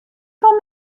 fan